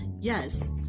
yes